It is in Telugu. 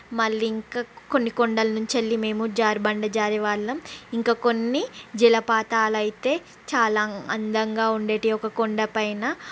మళ్ళీ ఇంకా కొన్ని కొండల నుంచి వెళ్ళీ మేము జారీ బండ జారే వాళ్ళం ఇంకా కొన్ని జలపాతాలు అయితే చాలా అందంగా ఉండేటివి ఒక కొండపైన